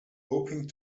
hoping